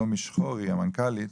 רומי שחורה המנכ"לית,